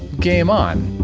game on.